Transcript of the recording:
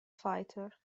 fighter